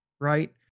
right